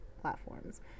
platforms